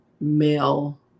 male